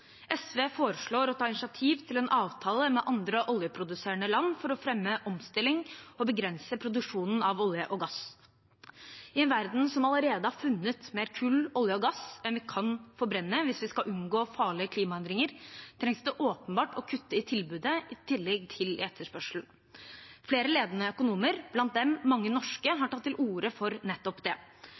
SV foreslår å ta initiativ til en avtale med andre oljeproduserende land for fremme omstilling og begrense produksjonen av olje og gass. I en verden som allerede har funnet mer kull, olje og gass enn vi kan forbrenne hvis vi skal unngå farlige klimaendringer, trengs det åpenbart å kutte i tilbudet i tillegg til i etterspørselen. Flere ledende økonomer, blant dem mange norske, har tatt til orde for nettopp det.